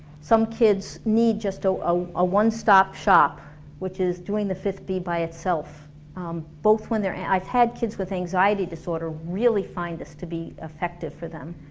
some kids need just a ah ah one-stop shop which is doing the fifth b by itself um both when they're and i've had kids with anxiety disorder really find this to be effective for them